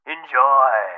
Enjoy